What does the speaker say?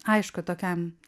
aišku tokiam